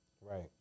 Right